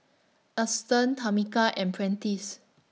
Auston Tamika and Prentiss